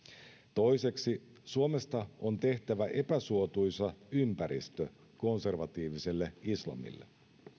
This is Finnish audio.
toiseksi suomesta on tehtävä epäsuotuisa ympäristö konservatiiviselle islamille